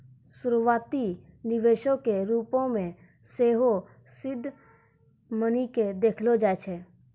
शुरुआती निवेशो के रुपो मे सेहो सीड मनी के देखलो जाय छै